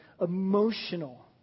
emotional